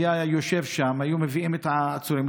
הוא היה יושב שם והיו מביאים את העצורים,